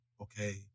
okay